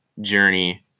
journey